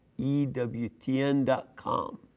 EWTN.com